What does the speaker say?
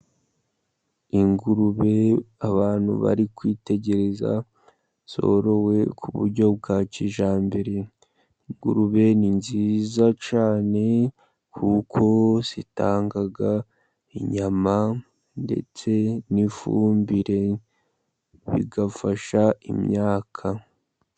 Ingurube abantu bari kwitegereza zorowe ku buryo bwa kijyambere. Ingurube ni nziza cyane kuko zitanga inyama ndetse n'ifumbire, bigafasha imyaka.